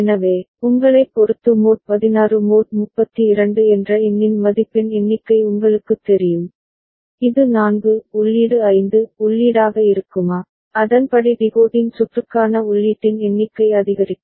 எனவே உங்களைப் பொறுத்து மோட் 16 மோட் 32 என்ற எண்ணின் மதிப்பின் எண்ணிக்கை உங்களுக்குத் தெரியும் இது 4 உள்ளீடு 5 உள்ளீடாக இருக்குமா அதன்படி டிகோடிங் சுற்றுக்கான உள்ளீட்டின் எண்ணிக்கை அதிகரிக்கும்